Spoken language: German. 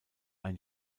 ein